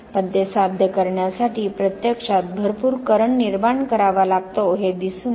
पण ते साध्य करण्यासाठी प्रत्यक्षात भरपूर करंट निर्माण करावा लागतो हे दिसून आले